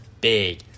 big